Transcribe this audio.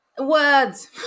words